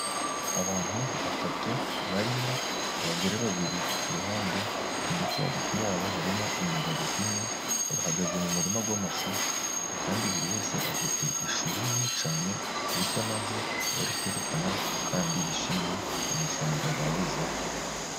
Abantu batatu barimo abagore babiri ku ruhande ndetse hagati yabo harimo umugabo umwe, bahagaze mu muririma w'amashu kandi buri wese afite ishuri nini cyane, bisa naho bari kwerekana kandi bishimiye umusaruro bagezeho.